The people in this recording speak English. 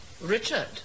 Richard